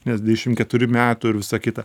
nes dvidešim keturi metų ir visa kita